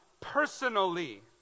personally